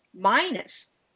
minus